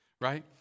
right